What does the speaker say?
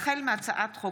החל בהצעת חוק